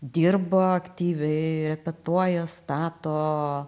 dirba aktyviai repetuoja stato